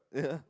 yeah